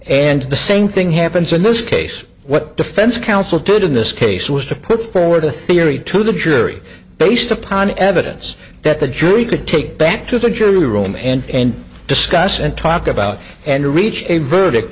and the same thing happens in this case what defense counsel did in this case was to put forward a theory to the jury based upon evidence that the jury could take back to the jury room and discuss and talk about and reach a verdict